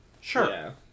Sure